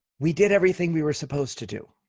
we did everything we were supposed to do.